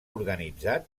organitzat